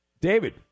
David